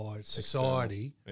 society